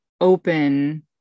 open